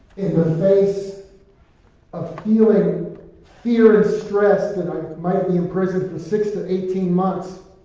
in the face of feeling fear and stress that i might be imprisoned for six to eighteen months,